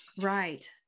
right